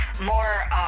more